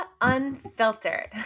Unfiltered